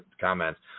comments